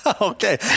okay